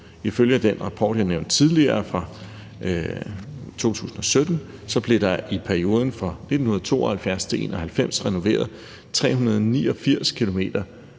Ifølge den rapport, jeg nævnte tidligere, fra 2017, blev der i perioden fra 1972 til 1991 renoveret 389 km